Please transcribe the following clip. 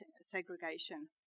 segregation